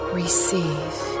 receive